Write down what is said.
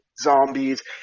zombies